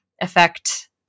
affect